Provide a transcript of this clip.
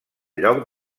lloc